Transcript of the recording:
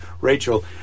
Rachel